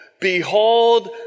behold